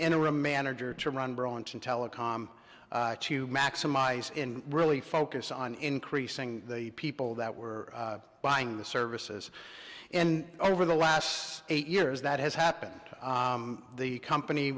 interim manager to run burlington telecom to maximize in really focus on increasing the people that were buying the services and over the last eight years that has happened the company